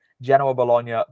Genoa-Bologna